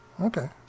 Okay